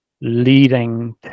leading